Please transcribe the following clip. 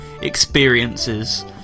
experiences